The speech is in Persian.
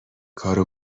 کارو